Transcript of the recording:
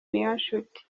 niyonshuti